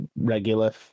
regular